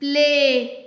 play